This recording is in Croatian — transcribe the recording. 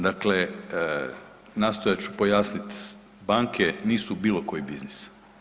Dakle, nastojat ću pojasniti, banke nisu bilo koji biznis.